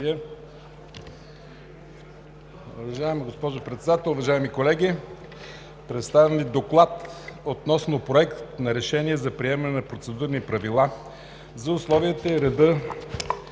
Уважаема госпожо Председател, уважаеми колеги! Представям Ви: „ДОКЛАД относно Проект на решение за приемане на Процедурни правила за условията и реда